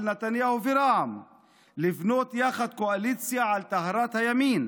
נתניהו ורע"מ לבנות יחד קואליציה על טהרת הימין,